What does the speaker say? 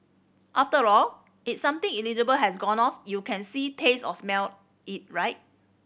after all if something has gone off you can see taste or smell it right